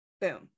Boom